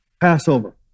Passover